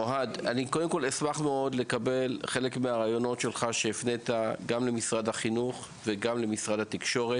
אוהד אשמח לקבל חלק מהרעיונות שלך שהפנית למשרדי החינוך והתקשורת.